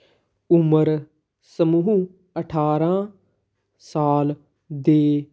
ਉਮਰ ਸਮੂਹ ਅਠਾਰਾਂ ਸਾਲ ਦੇ